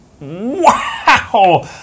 wow